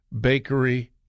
Bakery